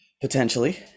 Potentially